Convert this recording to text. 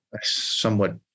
somewhat